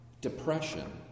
depression